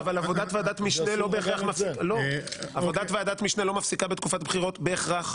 אבל עבודת ועדת משנה לא מפסיקה בתקופת בחירות בהכרח.